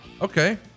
Okay